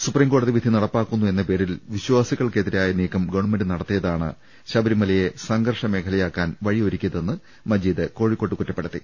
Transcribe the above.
supreme കോടതി വിധി നടപ്പാക്കുന്നു എന്ന പേരിൽ വിശ്വാസികൾക്കെതിരായ നീക്കം ഗവൺമെന്റ് നടത്തിയതാണ് ശബരിമലയെ സംഘർഷമേഖലയാക്കാൻ വഴിയൊരുക്കിയതെന്ന് മജീദ് കോഴിക്കോട്ട് കുറ്റപ്പെടുത്തി